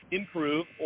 improve